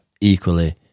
equally